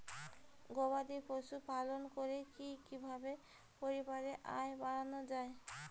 গবাদি পশু পালন করে কি কিভাবে পরিবারের আয় বাড়ানো যায়?